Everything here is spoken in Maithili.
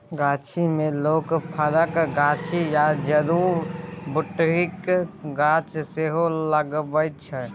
गाछी मे लोक फरक गाछ या जड़ी बुटीक गाछ सेहो लगबै छै